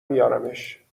میارمش